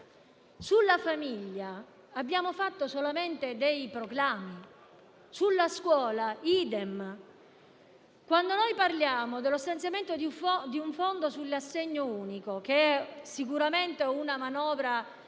Sulla famiglia abbiamo fatto solamente dei proclami; sulla scuola *idem*. Noi parliamo dello stanziamento di un fondo sull'assegno unico; sicuramente una manovra